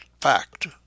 fact